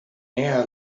hour